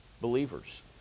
believers